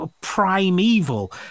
primeval